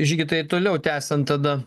žygi tai toliau tęsiant tada